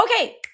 okay